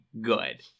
Good